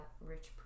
rich